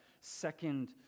second